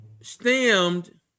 stemmed